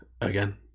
again